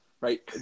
right